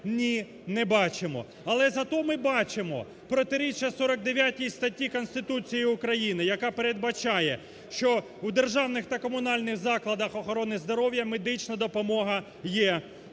Ні, не бачимо. Але зате ми бачимо протиріччя в 49 статті Конституції України, яка передбачає, що в державних та комунальних закладах охорони здоров'я, медична допомога є